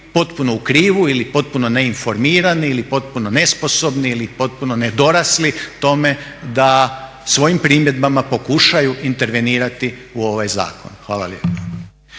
potpuno u krivu ili potpuno neinformirani ili potpuno nesposobni ili potpuno nedorasli tome da svojim primjedbama pokušaju intervenirati u ovaj zakon. Hvala lijepa.